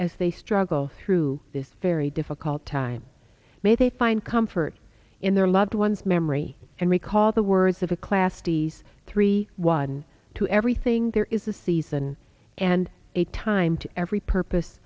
as they struggle through this very difficult time may they find comfort in their loved one's memory and recall the words of a class these three one to everything there is a season and a time to every purpose